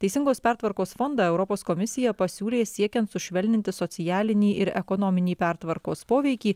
teisingos pertvarkos fondą europos komisija pasiūlė siekiant sušvelninti socialinį ir ekonominį pertvarkos poveikį